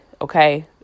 Okay